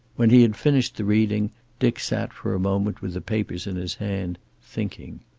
when he had finished the reading dick sat for a moment with the papers in his hand, thinking.